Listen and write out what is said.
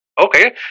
okay